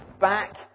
back